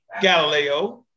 Galileo